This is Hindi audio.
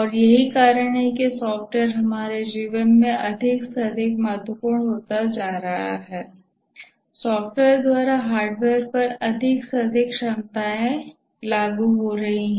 और यही कारण है कि सॉफ्टवेयर हमारे जीवन में अधिक से अधिक महत्वपूर्ण होता जा रहा है सॉफ्टवेयर द्वारा हार्डवेयर पर अधिक से अधिक कार्यक्षमताएं लागू हो रही हैं